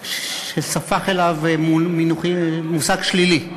במושג שספח אליו מובן שלילי.